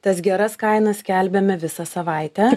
tas geras kainas skelbiame visą savaitę